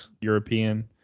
european